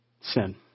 Sin